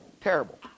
terrible